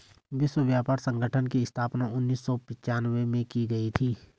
विश्व व्यापार संगठन की स्थापना उन्नीस सौ पिच्यानवे में की गई थी